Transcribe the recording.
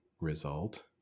result